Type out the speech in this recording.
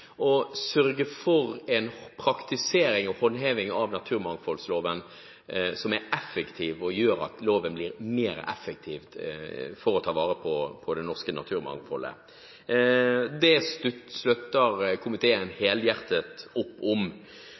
å sørge for en praktisering og håndheving av naturmangfoldloven som er effektiv, og som gjør at loven blir mer effektiv i å ta vare på det norske naturmangfoldet. Det støtter komiteen helhjertet opp om.